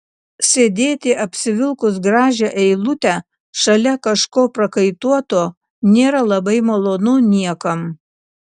sėdėti apsivilkus gražią eilutę šalia kažko prakaituoto nėra labai malonu niekam